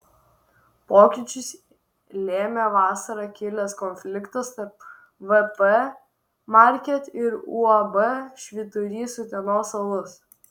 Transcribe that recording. pokyčius lėmė vasarą kilęs konfliktas tarp vp market ir uab švyturys utenos alus